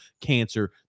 cancer